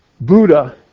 Buddha